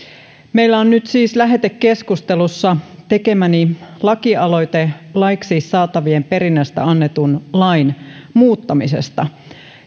meillä on nyt lähetekeskustelussa siis tekemäni lakialoite laiksi saatavien perinnästä annetun lain muuttamisesta